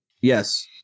Yes